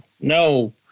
no